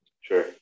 sure